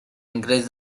increase